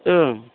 ओम